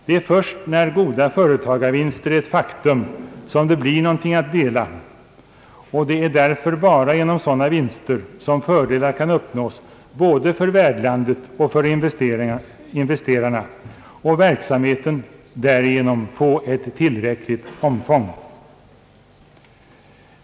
Det är först när goda företagarvinster är ett faktum som det blir någonting att dela, och det är därför bara genom sådana vinster som fördelar kan uppnås både för värdlandet och för investerarna och som verksamheten kan få tillräcklig omfattning.